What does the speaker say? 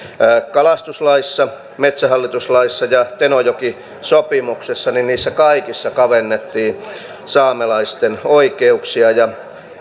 kalastuslaissa metsähallitus laissa ja tenojoki sopimuksessa niin niissä kaikissa kavennettiin saamelaisten oikeuksia ja